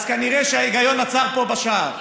אז כנראה ההיגיון עצר פה בשער.